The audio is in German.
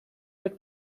mit